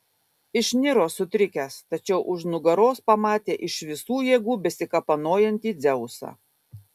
išniro sutrikęs tačiau už nugaros pamatė iš visų jėgų besikapanojantį dzeusą